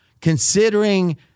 considering